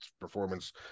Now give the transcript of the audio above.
performance